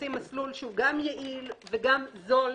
רוצים מסלול שהוא גם יעיל וגם זול,